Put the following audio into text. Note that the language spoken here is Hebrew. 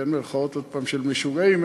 במירכאות עוד פעם, של משוגעים.